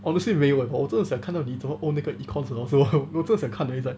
honestly 没有 leh but 我真的是想看到你怎么 own 那个 econs 老师 我真的想看而已 like